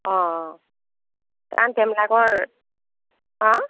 অ কাৰণ তেওঁলোকৰ হা